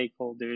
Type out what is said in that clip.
stakeholders